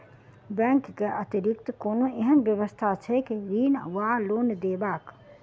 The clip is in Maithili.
बैंक केँ अतिरिक्त कोनो एहन व्यवस्था छैक ऋण वा लोनदेवाक?